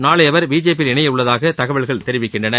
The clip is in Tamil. நாளை அவர் பிஜேபி யில் இணைய உள்ளதாக தகவல்கள் தெரிவிக்கின்றன